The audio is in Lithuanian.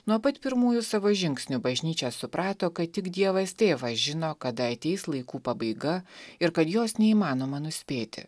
nuo pat pirmųjų savo žingsnių bažnyčia suprato kad tik dievas tėvas žino kada ateis laikų pabaiga ir kad jos neįmanoma nuspėti